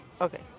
okay